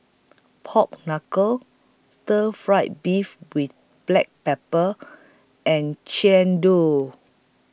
Pork Knuckle Stir Fry Beef with Black Pepper and